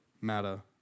matter